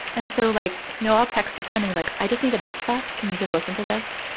and so like, you know, i'll text a friend and be like, i just need a bitch fest can you just listen to this?